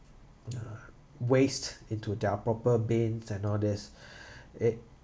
ah waste into their proper bins and all these it